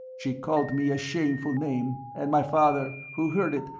she called me a shameful name, and my father, who heard it,